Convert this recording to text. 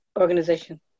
organization